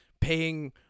paying